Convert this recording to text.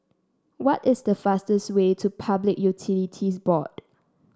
what is the fastest way to Public Utilities Board